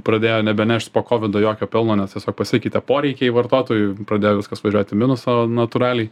pradėjo nebenešt po kovido jokio pelno nes tiesiog pasikeitė poreikiai vartotojų pradėjo viskas važiuot į minusą natūraliai